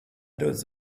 those